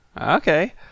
Okay